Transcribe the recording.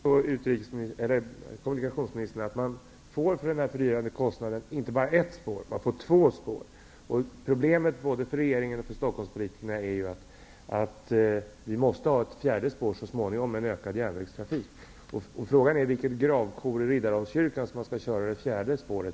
Fru talman! Man får för denna fördyrade kostnad inte bara ett spår utan två spår, kommunikationsministern. Problemet både för regeringen och stokholmspolitikerna är att vi med en ökad järnvägstrafik så småningom måste ha ett fjärde spår. Frågan är genom vilket gravkor i Riddarholmskyrkan som man skall köra det fjärde spåret.